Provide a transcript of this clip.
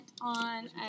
on